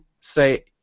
say